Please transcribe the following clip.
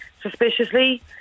suspiciously